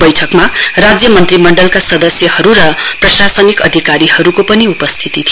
बैठकमा राज्यमन्त्री मण्डलका सदस्यहरू र प्रशासनिक अधिकारीहरूको पनि उपस्थिती थियो